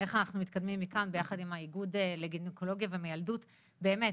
אין אנחנו מתקדמים מכאן ביחד עם האיגוד לגניקולוגיה ומיילדות באמת,